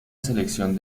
selección